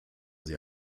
sie